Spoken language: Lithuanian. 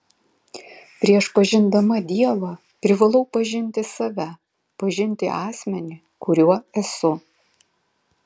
prieš pažindama dievą privalau pažinti save pažinti asmenį kuriuo esu